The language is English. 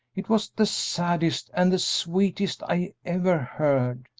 it was the saddest and the sweetest i ever heard!